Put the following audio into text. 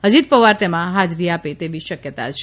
અજીત પવાર તેમાં હાજરી આપે એવી શક્યતા છે